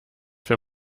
für